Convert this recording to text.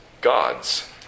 God's